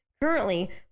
Currently